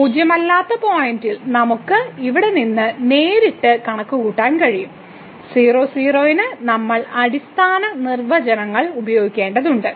പൂജ്യമല്ലാത്ത പോയിന്റിൽ നമുക്ക് ഇവിടെ നിന്ന് നേരിട്ട് കണക്കുകൂട്ടാൻ കഴിയും 00 ന് നമ്മൾ അടിസ്ഥാന നിർവചനങ്ങൾ ഉപയോഗിക്കേണ്ടതുണ്ട്